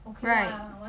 right